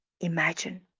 imagine